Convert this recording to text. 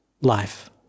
life